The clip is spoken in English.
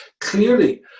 Clearly